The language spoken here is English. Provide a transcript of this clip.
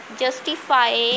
justify